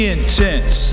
Intense